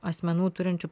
asmenų turinčių